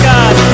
God